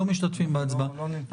לא משתתפים בהצבעה.